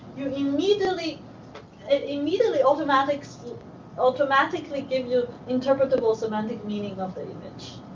you immediately immediately automatics automatically give you interpretable semantic meaning of the image.